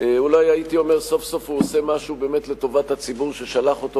אולי הייתי אומר: סוף סוף הוא עושה משהו לטובת הציבור ששלח אותו